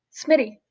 smitty